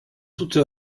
toute